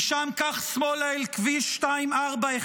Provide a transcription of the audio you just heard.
משם קח שמאלה אל כביש 2410,